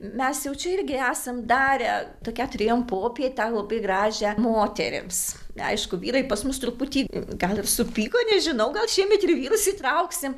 mes jau čia irgi esam darę tokią turėjom popietę labai gražią moterims aišku vyrai pas mus truputį gal ir supyko nežinau gal šiemet ir vyrus įtrauksim